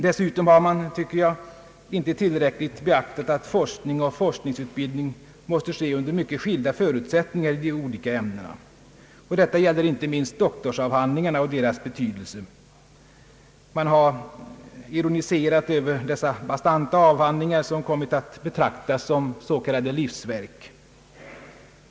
Dessutom har man inte tillräckligt beaktat att forskning och forskningsutbildning måste ske under mycket skilda förutsättningar i de olika ämnena. Detta gäller inte minst doktorsavhandlingarna och deras betydelse. Man har ironiserat över dessa bastanta avhandlingar, som kommit att betraktas som s.k. livsverk.